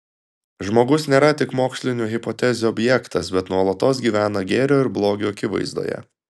žmogus nėra tik mokslinių hipotezių objektas bet nuolatos gyvena gėrio ir blogio akivaizdoje